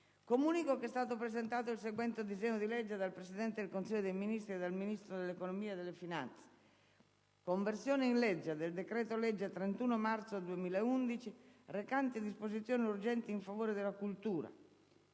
Comunico che è stato presentato il seguente disegno di legge: *dal Presidente del Consiglio dei ministri e dal Ministro dell'economia e delle finanze*: «Conversione in legge del decreto-legge 31 marzo 2011, n. 34, recante disposizioni urgenti in favore della cultura,